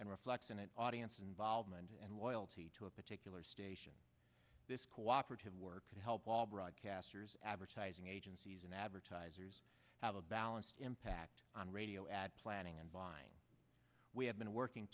and reflects an audience involvement and loyalty to a particular station this cooperative work to help all broadcasters advertising agencies and advertisers have a balanced impact on radio ad planning and buying we have been working